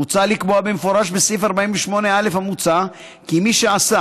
מוצע לקבוע במפורש בסעיף 48א המוצע כי מי שעשה,